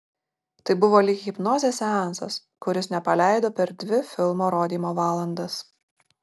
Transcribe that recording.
tai buvo lyg hipnozės seansas kuris nepaleido per dvi filmo rodymo valandas